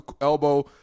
elbow